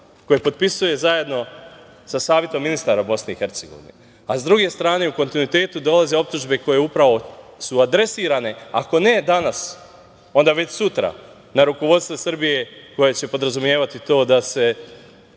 koje potpisuje zajedno sa Savetom ministara BiH, a s druge strane u kontinuitetu dolaze optužbe koje upravo su adresirane, ako ne danas, onda već sutra na rukovodstvo Srbije koje će podrazumevati to da se